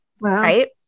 Right